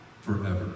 forever